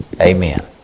Amen